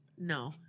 No